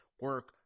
Work